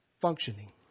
functioning